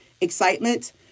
excitement